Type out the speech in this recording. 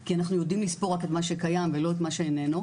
כי אנחנו יודעים לספור רק את מה שקיים ולא את מה שאיננו.